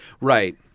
Right